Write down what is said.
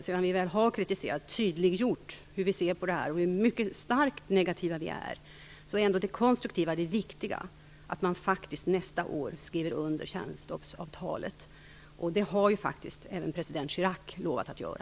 Sedan vi väl har kritiserat och tydliggjort hur vi ser på detta och hur starkt negativa vi är, är ändå det konstruktiva det viktiga - att man skriver under kärnstoppsavtalet nästa år. Det har faktiskt även president Chirac lovat att göra.